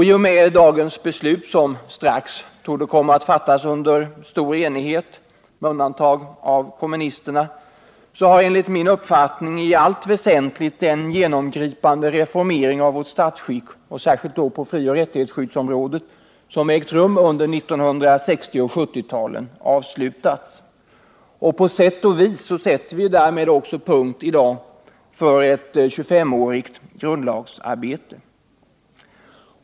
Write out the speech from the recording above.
I och med dagens beslut, som strax torde komma att fattas under stor enighet med undantag av kommunisterna, har enligt min uppfattning i allt väsentligt den genomgripande reformering av vårt statsskick och särskilt då på frioch rättighetsskyddsområdet, som ägt rum under 1960 och 1970-talen, avslutats. På sätt och vis sätter vi därmed också i dag punkt för ett 2S-årigt grundlagsarbete.